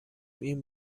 این